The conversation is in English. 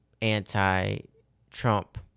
anti-Trump